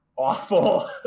awful